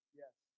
yes